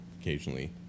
occasionally